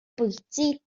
bwyty